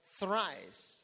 thrice